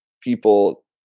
people